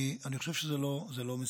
אני חושב שזה לא מסובך.